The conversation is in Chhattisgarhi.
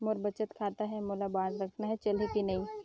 मोर बचत खाता है मोला बांड रखना है चलही की नहीं?